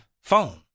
phone